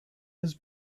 his